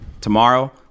Tomorrow